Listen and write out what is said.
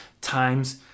times